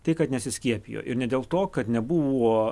tai kad nesiskiepijo ir ne dėl to kad nebuvo